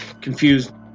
confused